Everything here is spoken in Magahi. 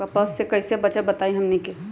कपस से कईसे बचब बताई हमनी के?